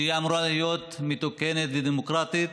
שאמורה להיות מתוקנת ודמוקרטית,